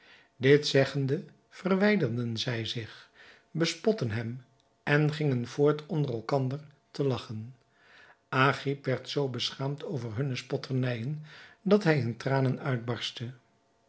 dit zeggende verwijderden zij zich bespotten hem en gingen voort onder elkander te lagchen agib werd zoo beschaamd over hunne spotternijen dat hij in tranen uitbarstte